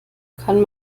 kann